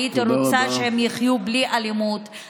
הייתי רוצה שהן יחיו בלי אלימות,